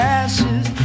ashes